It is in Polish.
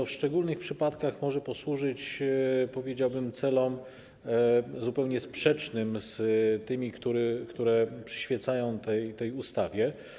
W szczególnych przypadkach może to posłużyć, powiedziałbym, celom zupełnie sprzecznym z tymi, które przyświecają tej ustawie.